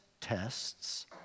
tests